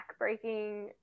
backbreaking